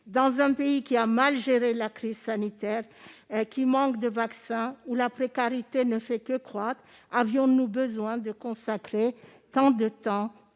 Dans un pays qui a mal géré la crise sanitaire, qui manque de vaccins et où la précarité ne fait que croître, avions-nous besoin de consacrer tant de temps